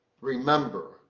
Remember